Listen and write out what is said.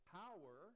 power